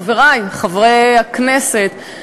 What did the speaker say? חברי חברי הכנסת,